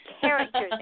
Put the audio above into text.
characters